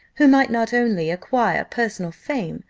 who might not only acquire personal fame,